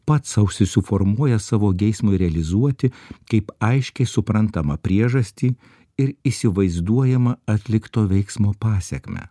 pats sau susiformuoja savo geismui realizuoti kaip aiškiai suprantamą priežastį ir įsivaizduojamą atlikto veiksmo pasekmę